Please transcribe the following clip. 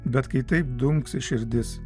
bet kai taip dunksi širdis